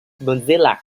mozilla